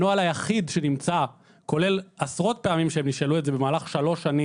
הנוהל היחיד שנמצא כולל עשרות פעמים שהם נשאלו על כך במהלך שלוש השנים